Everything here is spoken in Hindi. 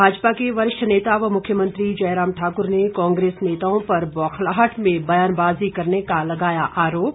भाजपा के वरिष्ठ नेता व मुख्यमंत्री जयराम ठाकुर ने कांग्रेस नेताओं पर बौखलाहट में बयानबाजी करने का लगाया आरोप